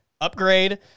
upgrade